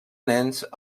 nens